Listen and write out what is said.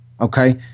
Okay